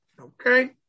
Okay